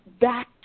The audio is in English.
back